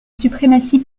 suprématie